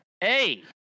Hey